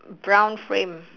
brown frame